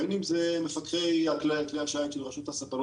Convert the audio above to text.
בין אם זה מפקחי כלי השיט של רשות הספנות